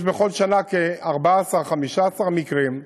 יש בכל שנה 14 15 מקרים,